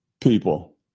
people